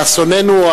לאסוננו,